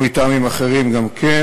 ומטעמים אחרים גם כן,